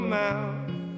mouth